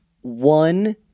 One